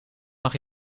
mag